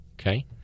Okay